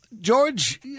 George